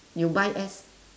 you buy S